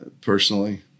personally